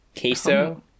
queso